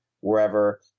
wherever